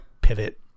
pivot